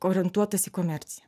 orientuotas į komerciją